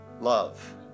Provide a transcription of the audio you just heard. love